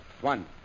One